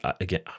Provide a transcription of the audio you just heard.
again